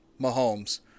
Mahomes